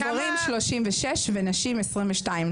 גברים כ-36% ונשים כ-22%.